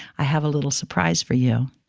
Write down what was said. i have a little surprise for you.